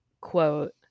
quote